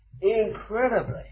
incredibly